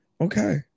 Okay